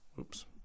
Oops